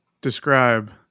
Describe